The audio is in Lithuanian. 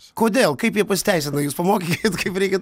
kodėl kaip jie pasiteisina jus pamokyti kaip reikia